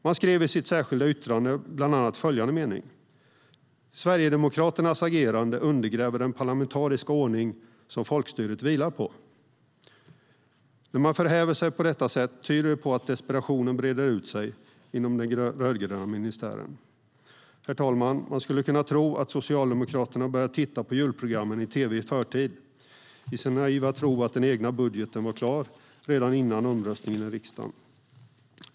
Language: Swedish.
De skrev i sitt särskilda yttrande bland annat följande mening: "Sverigedemokraternas agerande undergräver den parlamentariska ordning som folkstyret vilar på." När man förhäver sig på detta sätt tyder det på att desperationen breder ut sig inom den rödgröna ministären. Man skulle kunna tro, herr talman, att Socialdemokraterna har börjat titta på julprogrammen i tv i förtid i sin naiva tro att den egna budgeten var klar redan före omröstningen i riksdagen.